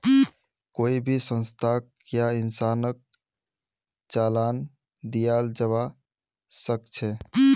कोई भी संस्थाक या इंसानक चालान दियाल जबा सख छ